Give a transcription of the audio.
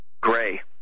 Gray